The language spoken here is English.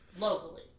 Locally